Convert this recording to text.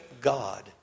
God